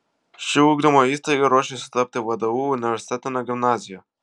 ši ugdymo įstaiga ruošiasi tapti vdu universitetine gimnazija